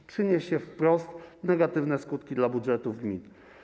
To przyniesie wprost negatywne skutki dla budżetów gmin.